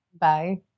bye